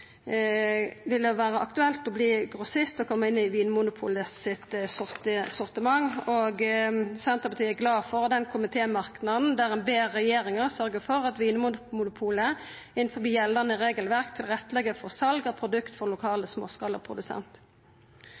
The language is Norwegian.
vil det vera aktuelt å verta grossist og koma inn i Vinmonopolets sortiment. Senterpartiet er glad for den komitémerknaden der ein ber «regjeringen sørge for at Vinmonopolet innenfor gjeldende regelverk tilrettelegger for salg av produkter fra lokale